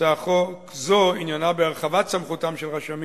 הצעת חוק זו עניינה הרחבת סמכותם של רשמים